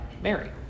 Mary